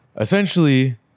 essentially